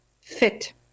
fit